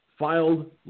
filed